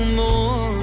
more